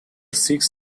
six